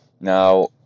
Now